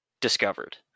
discovered